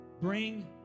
Bring